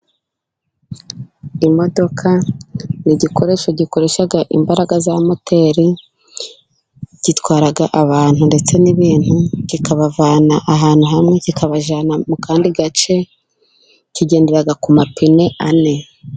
Imodoka ni igikoresho gikoresha imbaraga za moteri ,gitwara abantu ndetse n'ibintu kikabavana ahantu hamwe ,kikabajyana mu kandi gace kigendera ku mapine ane.